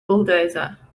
bulldozer